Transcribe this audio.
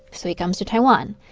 so he comes to taiwan.